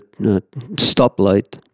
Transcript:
stoplight